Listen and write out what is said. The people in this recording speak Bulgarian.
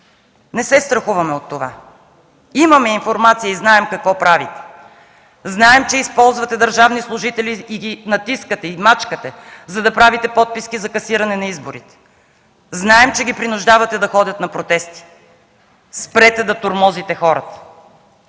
Не се страхуваме от това. Имаме информация и знаем какво правите. Знаем, че използвате държавни служители и ги натискате и мачкате, за да правите подписки за касиране на изборите. Знаем, че ги принуждавате да ходят на протест. Спрете да тормозите хората!